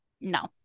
No